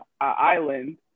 island